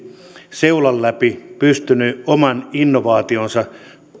seulan läpi pystynyt oman innovaationsa